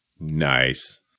Nice